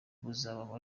buzaba